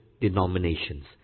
denominations